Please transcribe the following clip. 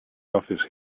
office